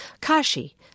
Kashi